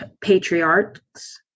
patriarchs